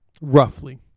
Roughly